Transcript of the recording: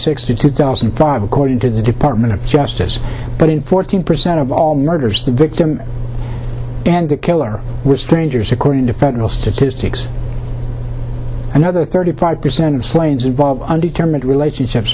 six to two thousand and five according to the department of justice but in fourteen percent of all murders the victim and the killer were strangers according to federal statistics another thirty five percent of slayings involve undetermined relationships